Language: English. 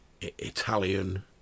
Italian